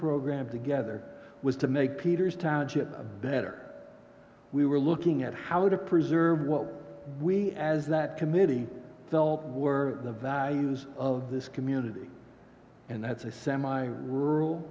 program together was to make peter's township a better we were looking at how to preserve what we as that committee felt were the values of this community and that's a semi rural